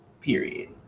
period